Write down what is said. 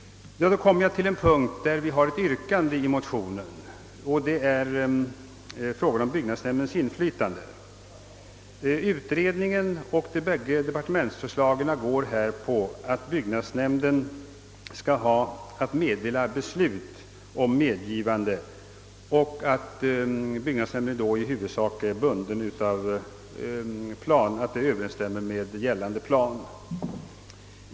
Jag kommer sedan till en punkt där vi har ett motionsyrkande, nämligen frågan om byggnadsnämndens inflytande. Utredningen och de bägge departementsförslagen går ut på att byggnadsnämnden skall meddela beslut om medgivande och att byggnadsnämnden då i huvudsak är bunden vid kravet på överensstämmelse med gällande plan.